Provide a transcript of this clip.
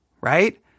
right